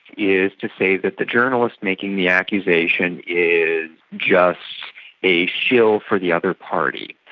is to say that the journalists making the accusation is just a shill for the other party.